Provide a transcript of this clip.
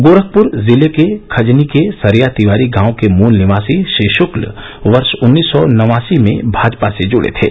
गोरखपूर जिले के खजनी के सरया तिवारी गांव के मूल निवासी श्री शुक्ल वर्ष उन्नीस सौ नवासी में भाजपा से जुड़े थे